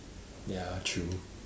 ya true